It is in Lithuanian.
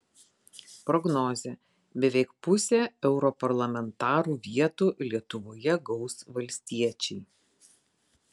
prognozė beveik pusę europarlamentarų vietų lietuvoje gaus valstiečiai